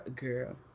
girl